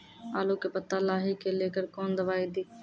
आलू के पत्ता लाही के लेकर कौन दवाई दी?